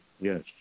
Yes